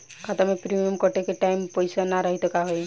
खाता मे प्रीमियम कटे के टाइम पैसा ना रही त का होई?